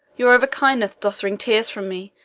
your over-kindness doth wring tears from me!